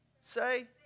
say